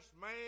man